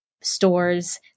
stores